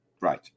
Right